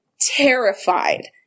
terrified